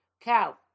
cow